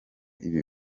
ibi